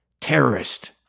terrorist